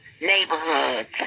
neighborhoods